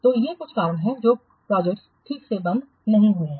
तो ये कुछ कारण हैं जो प्रोजेक्टस ठीक से बंद नहीं हैं